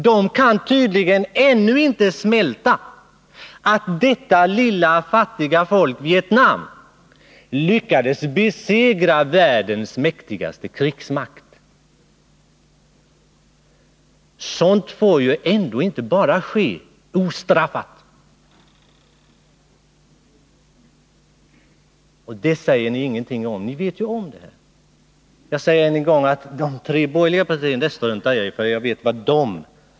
USA kan tydligen ännu inte smälta att detta lilla fattiga folk i Vietnam lyckades besegra världens mäktigaste krigsmakt. Sådant får inte ske ostraffat. Om detta säger ni ingenting. Ni vet ju om det. Jag säger än en gång att jag struntar i att de tre borgerliga partierna ingenting säger, för jag vet ju hur de resonerar.